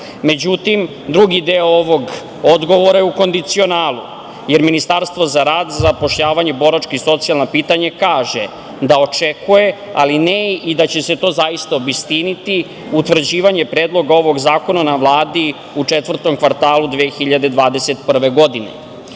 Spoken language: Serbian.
zakona.Međutim, drugi deo ovog odgovora je u kondicionalu, jer Ministarstvo za rad, zapošljavanje, boračka i socijalna pitanje kaže - da očekuje, ali ne i da će se to zaista obistiniti, utvrđivanje Predloga ovog zakona na Vladi u četvrtom kvartalu 2021. godine. Ova